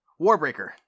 Warbreaker